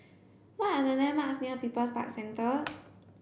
what are the landmarks near People's Park Centre